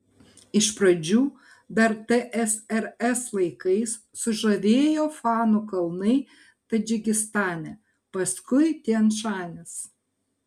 iš pradžių dar tsrs laikais sužavėjo fanų kalnai tadžikistane paskui tian šanis